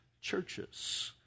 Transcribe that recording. churches